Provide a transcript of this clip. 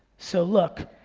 so look,